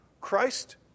Christ